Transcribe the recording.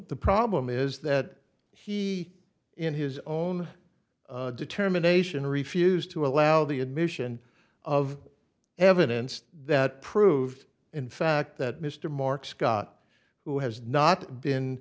the problem is that he in his own determination refused to allow the admission of evidence that proved in fact that mr mark scott who has not